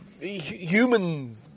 human